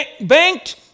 banked